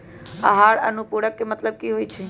आहार अनुपूरक के मतलब की होइ छई?